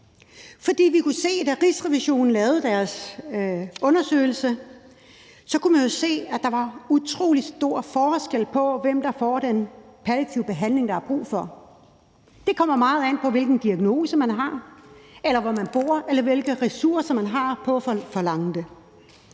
Da Rigsrevisionen havde lavet deres undersøgelse af området, kunne vi jo se, at der var utrolig stor forskel på, hvem der fik den palliative behandling, der var brug for. Den behandling kommer meget an på, hvilken diagnose man har, eller hvor man bor, eller hvilke ressourcer man har til at forlange den.